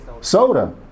Soda